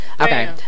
Okay